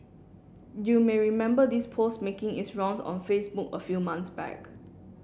you may remember this post making its rounds on Facebook a few months back